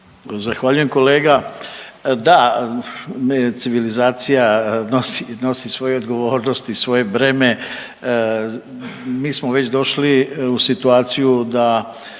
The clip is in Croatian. Zahvaljujem kolega. Da, civilizacija nosi svoju odgovornost i svoje breme, mi smo već došli u situaciju da